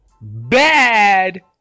bad